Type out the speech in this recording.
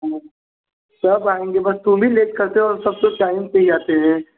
है ना सब आएंगे बट तुम ही लेट करते हो सब तो टाइम पर ही आते हैं